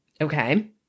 Okay